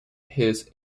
his